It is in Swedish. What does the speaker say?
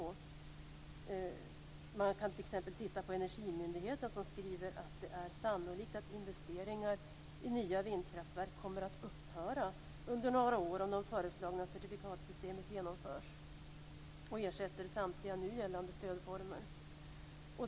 Energimyndigheten skriver t.ex. att det är sannolikt att investeringar i nya vindkraftverk kommer att upphöra under några år om det föreslagna certifikatsystemet genomförs och ersätter nu gällande stödformer.